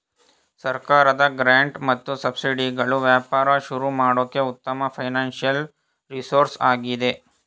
ಸರ್ಕಾರದ ಗ್ರಾಂಟ್ ಮತ್ತು ಸಬ್ಸಿಡಿಗಳು ವ್ಯಾಪಾರ ಶುರು ಮಾಡೋಕೆ ಉತ್ತಮ ಫೈನಾನ್ಸಿಯಲ್ ರಿಸೋರ್ಸ್ ಆಗಿದೆ